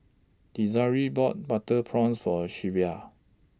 Desiree bought Butter Prawns For Shelvia